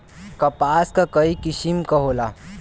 कपास क कई किसिम क होला